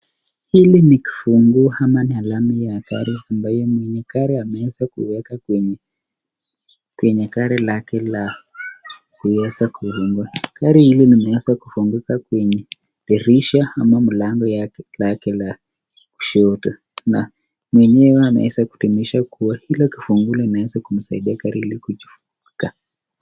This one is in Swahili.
Hili ni kifunguo ama ni alama ya gari ambayo mwenye gari ameweza kuweka kwenye gari lake la kuweza kuifungua. Gari hili limeweza kufunguka kwenye dirisha ama mlango lake la kushoto. Na mwenyewe ameweza kutimisha kuwa hilo kifunguo inaweza kumsaidia gari ili kujifunguka.